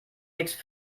nichts